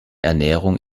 ernährung